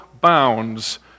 bounds